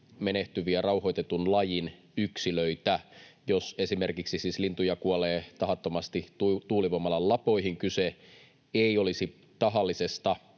menehtyviä rauhoitetun lajin yksilöitä. Jos siis esimerkiksi lintuja kuolee tahattomasti tuulivoimalan lapoihin, kyse ei olisi tahallisesta